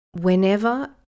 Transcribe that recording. Whenever